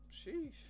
Sheesh